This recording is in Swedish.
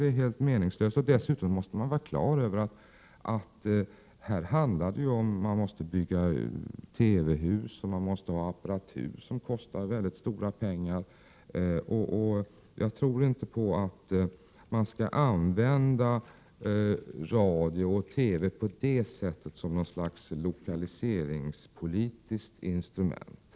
Det är helt meningslöst. Dessutom måste man vara på det klara med att det handlar om att bygga TV-hus och skaffa apparatur som kostar mycket pengar. Jag tror inte att radio och TV skall användas på det sättet, som något slags lokaliseringspolitiskt instrument.